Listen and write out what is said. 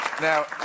Now